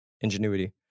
ingenuity